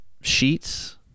sheets